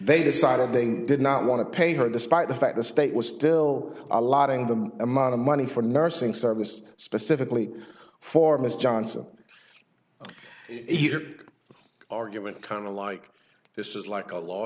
they decided they did not want to pay her despite the fact the state was still a lot in the amount of money for nursing service specifically for miss johnson argument kind of like this is like a law